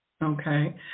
Okay